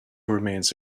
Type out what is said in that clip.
remains